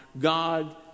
God